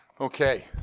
okay